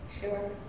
Sure